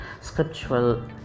scriptural